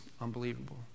unbelievable